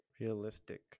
Realistic